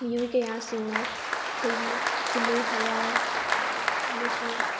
ꯃꯤꯑꯣꯏ ꯀꯌꯥꯁꯤꯡꯅ ꯑꯩꯈꯣꯏꯒꯤ ꯀꯨꯝꯍꯩ ꯍꯔꯥꯎ ꯑꯃꯁꯨꯡ